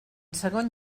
segon